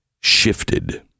shifted